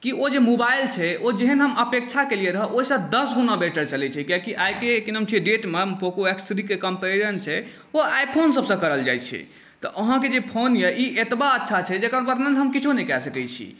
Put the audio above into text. कि ओ जे मोबाइल छै ओ जेहन हम अपेक्षा केलिए रहै ओहिसँ दस गुणा बेटर चलै छै कियाकि आइके डेटमे कि नाम छै पोको एक्स सीरीजके कम्पैरिजन छै ओ आइफोन सबसँ करल जाइ छै तऽ अहाँके जे फोन अइ ई एतबा अच्छा छै जकर वर्णन हम किछु नहि कऽ सकै छी